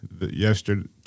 yesterday